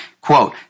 quote